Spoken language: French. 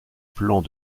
plans